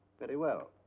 very well.